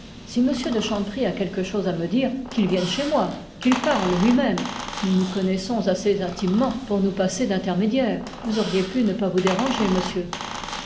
m de chanteprie a quelque chose à me dire qu'il vienne chez moi qu'il parle lui-même nous nous connaissons assez intimement pour nous passer d'intermédiaires vous auriez pu ne pas vous déranger